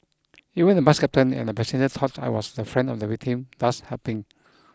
even the bus captain and a passenger thought I was the friend of the victim thus helping